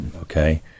Okay